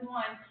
one